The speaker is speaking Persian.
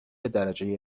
درجه